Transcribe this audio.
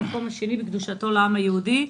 המקום השני בקדושתו לעם היהודי.